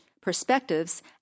perspectives